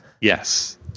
Yes